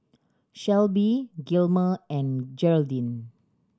Shelbie Gilmer and Geraldine